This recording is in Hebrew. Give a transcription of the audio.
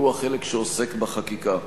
והוא החלק שעוסק בחקיקה.